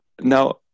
Now